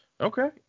Okay